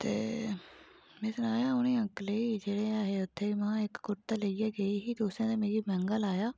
ते में सनाया उ'नें अंकलें गी जेह्ड़े है हे उत्थै महां इक कुरता लेइयै गेई ही तुसें ते मिगी मैंह्गा लाया